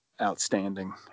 outstanding